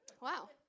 Wow